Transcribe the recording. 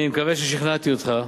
אני מקווה ששכנעתי אותך.